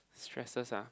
stresses ah